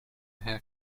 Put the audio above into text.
herr